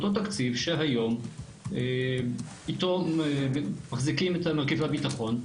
אותו תקציב שהיום איתו מחזיקים את מרכיבי הביטחון.